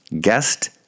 guest